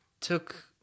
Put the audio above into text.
took